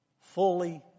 fully